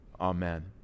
Amen